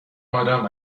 آدام